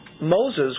Moses